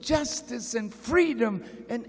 justice and freedom and